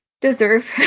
deserve